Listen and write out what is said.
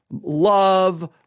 love